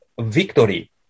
victory